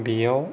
बेयाव